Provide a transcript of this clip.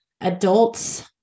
adults